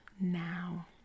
now